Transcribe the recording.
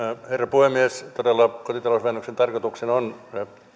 puhemies todella kotitalousvähennyksen tarkoituksena on